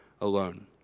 alone